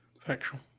Factual